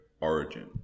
Origin